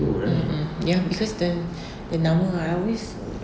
mm mm ya because the the nama I always